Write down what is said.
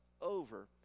over